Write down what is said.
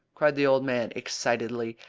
cried the old man excitedly.